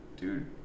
dude